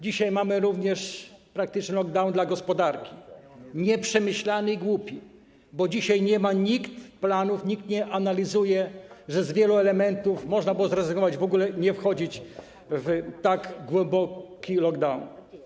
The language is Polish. Dzisiaj mamy również praktyczny lockdown dla gospodarki, nieprzemyślany i głupi, bo dzisiaj nikt nie ma planów, nikt nie analizuje, że z wielu elementów można było zrezygnować w ogóle, nie wchodzić w tak głęboki lockdown.